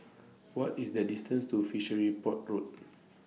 What IS The distance to Fishery Port Road